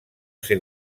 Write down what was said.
ser